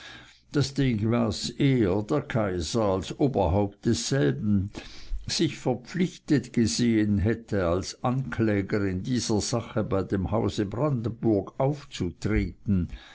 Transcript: demgemäß er der kaiser als oberhaupt desselben sich verpflichtet gesehen hätte als ankläger in dieser sache bei dem hause brandenburg aufzutreten